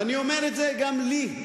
ואני אומר את זה גם לי,